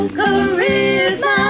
charisma